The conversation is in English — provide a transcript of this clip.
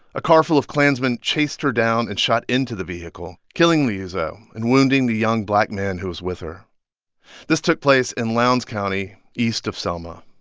a car full of klansmen chased her down and shot into the vehicle, killing liuzzo and wounding the young black man who was with her this took place in lowndes county, east of selma.